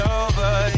over